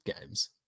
games